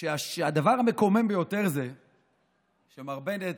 הדבר המקומם ביותר זה שמר בנט,